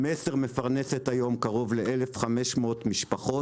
"מסר" מפרנסת היום קרוב ל-1,500 משפחות,